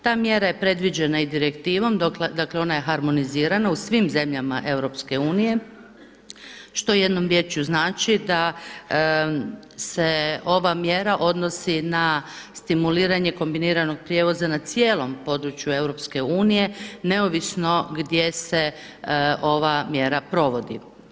Ta mjera je previđena i direktivom, dakle ona je harmonizirana u svim zemljama EU što jednom riječju znači a se ova mjera odnosi na stimuliranje kombiniranog prijevoza na cijelom području EU neovisno gdje se ova mjera provodi.